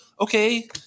Okay